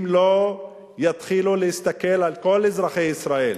אם לא יתחילו להסתכל על כל אזרחי ישראל